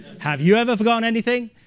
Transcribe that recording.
have you ever forgotten anything?